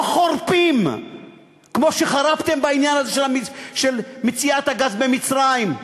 חורפים כמו שחרפתם בעניין הזה של מציאת הגז במצרים.